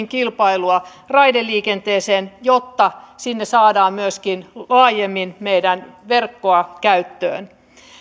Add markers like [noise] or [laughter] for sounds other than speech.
[unintelligible] kilpailua raideliikenteeseen jotta sinne saadaan myöskin laajemmin meidän verkkoamme käyttöön